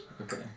Okay